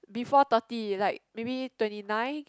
before thirty like maybe twenty nine